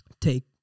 take